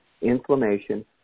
inflammation